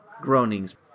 groanings